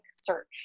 search